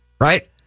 Right